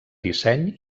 disseny